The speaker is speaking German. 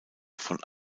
von